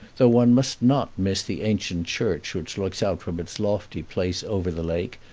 though one must not miss the ancient church which looks out from its lofty place over the lake,